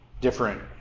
different